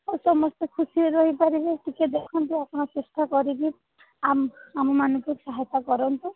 ଆଉ ସମସ୍ତେ ଖୁସିରେ ରହି ପାରିବେ ଟିକେ ଦେଖନ୍ତୁ ଆପଣ ଚେଷ୍ଟା କରିକି ଆମ ଆମମାନଙ୍କୁ ସହାୟତା କରନ୍ତୁ